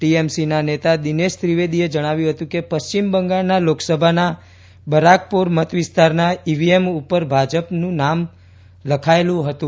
ટીએમસીના નેતા દિનેશ ત્રિવેદીએ જણાવ્યું હતું કે પશ્ચિમ બંગાળના લોકસભાના બરાકપોર મતવિસ્તારના ઇવીએમ ઉપર ભાજપનું નામ લખાયેલું હતું